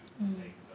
mm